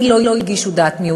לי לא הגישו דעת מיעוט.